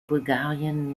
bulgarien